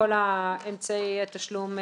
בכל אמצעי התשלום,